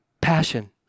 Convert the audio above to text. passion